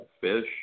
fish